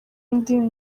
indimi